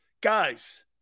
Guys